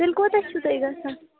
تیٚلہِ کوٗتاہ چھُو تۄہہِ گَژھان